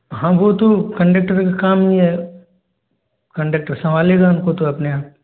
हाँ वो तो कन्डेक्टर का काम ही है कन्डेक्टर संभालेगा उनको तो अपने आप